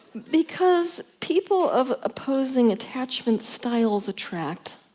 because people of opposing attachment styles attract.